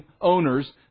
owners